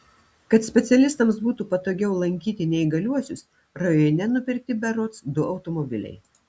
kad specialistams būtų patogiau lankyti neįgaliuosius rajone nupirkti berods du automobiliai